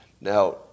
Now